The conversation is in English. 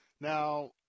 Now